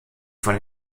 von